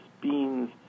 beans